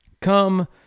Come